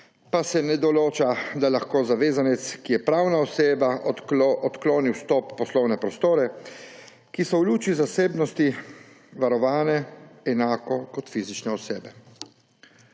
pa se ne določa, da lahko zavezanec, ki je pravna oseba, odkloni vstop v poslovne prostore, ki so v luči zasebnosti varovane enako kot fizične osebe.